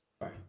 right